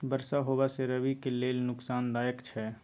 बरसा होबा से रबी के लेल नुकसानदायक छैय?